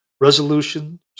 resolution